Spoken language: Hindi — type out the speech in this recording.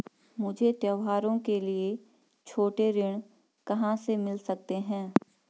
मुझे त्योहारों के लिए छोटे ऋण कहाँ से मिल सकते हैं?